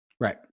Right